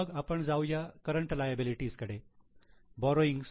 मग आपण जाऊया करंट लायबिलिटी बोरोइंग्स